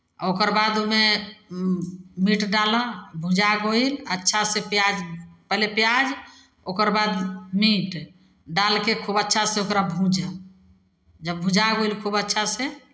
ओकर बाद ओहिमे मीट डालह भुजा गइल अच्छासँ प्याज पहिले प्याज ओकर बाद मीट डालि कऽ खूब अच्छासँ ओकरा भूँजह जब भुजा गेल खूब अच्छासँ